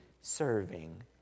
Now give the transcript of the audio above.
serving